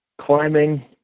climbing